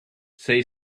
say